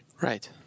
Right